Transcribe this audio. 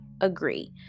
agree